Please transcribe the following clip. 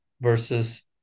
versus